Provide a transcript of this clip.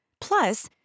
Plus